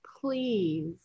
Please